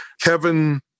Kevin